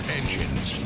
engines